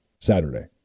Saturday